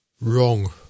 wrong